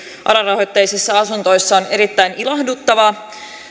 ara rahoitteisissa asunnoissa on erittäin ilahduttava